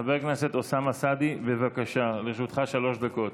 חבר הכנסת אוסאמה סעדי, בבקשה, לרשותך שלוש דקות.